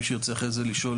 מי שירצה אחרי זה לשאול,